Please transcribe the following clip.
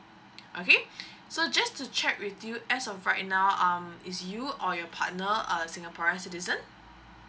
okay so just to check with you as of right now um is you or your partner are singaporean citizen